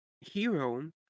hero